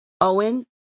Owen